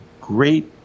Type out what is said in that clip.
great